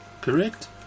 correct